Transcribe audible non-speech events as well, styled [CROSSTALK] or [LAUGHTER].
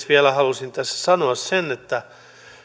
[UNINTELLIGIBLE] vielä halusin tässä sanoa sen että